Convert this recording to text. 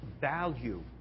value